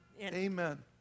Amen